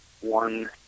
one